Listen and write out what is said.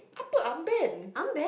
apa armband